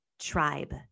tribe